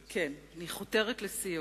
כן, אני חותרת לסיום.